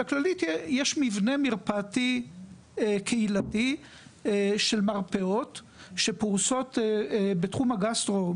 לכללית יש מבנה מרפאתי קהילתי של מרפאות שפרוסות בתחום הגסטרו,